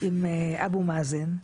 עם אבו מאזן,